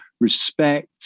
respect